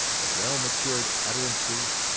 the well-matured utterances,